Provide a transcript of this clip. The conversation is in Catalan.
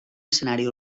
escenari